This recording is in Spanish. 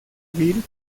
bill